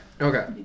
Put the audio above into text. Okay